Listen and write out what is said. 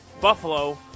Buffalo